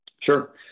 Sure